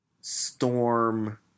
Storm